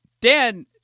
Dan